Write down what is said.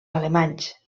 alemanys